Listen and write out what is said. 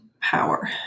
power